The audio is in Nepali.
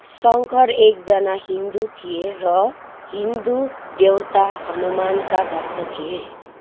शङ्कर एकजना हिन्दू थिए र हिन्दू देवता हनुमानका भक्त थिए